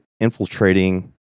infiltrating